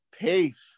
Peace